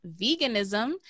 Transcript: veganism